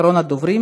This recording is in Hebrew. אחרון הדוברים,